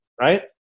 right